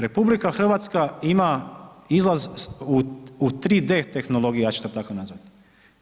RH ima izlaz u 3D tehnologiji, ja ću to tako nazvat.